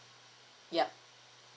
yup